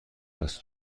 است